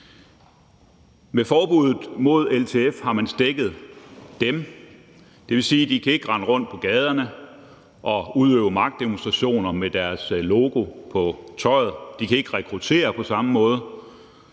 Med forbuddet mod LTF har man stækket dem. Det vil sige, at de ikke kan rende rundt i gaderne og udøve magtdemonstrationer med deres logo på tøjet. De kan ikke rekruttere på samme måde